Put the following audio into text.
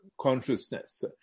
consciousness